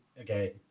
okay